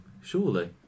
Surely